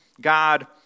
God